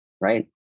right